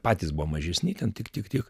patys buvo mažesni ten tik tik tik